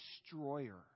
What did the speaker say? destroyer